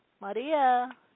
Maria